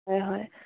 হয় হয়